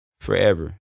forever